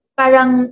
parang